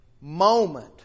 moment